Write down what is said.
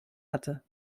hatte